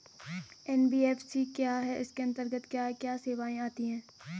NBFC क्या है इसके अंतर्गत क्या क्या सेवाएँ आती हैं?